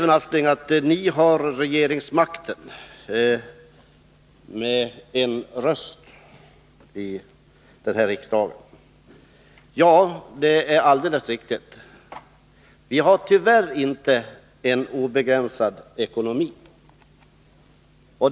Sven Aspling säger att vi har regeringsmakten med en rösts övervikt i den här riksdagen. Ja, det är alldeles riktigt. Vi har tyvärr inte en obegränsad ekonomi.